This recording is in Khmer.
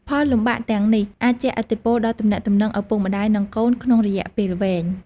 ផលលំបាកទាំងនេះអាចជះឥទ្ធិពលដល់ទំនាក់ទំនងឪពុកម្ដាយ និងកូនក្នុងរយៈពេលវែង។